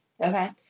Okay